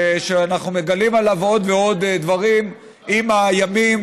ושאנחנו מגלים עליו עוד ועוד דברים עם הימים,